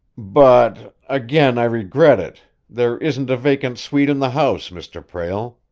but again i regret it there isn't a vacant suite in the house, mr. prale.